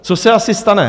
Co se asi stane?